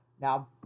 Now